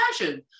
imagine